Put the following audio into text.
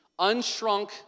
unshrunk